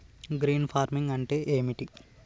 Green farming అంటే ఏమిటి?